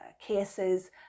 cases